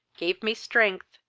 gave me strength,